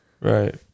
right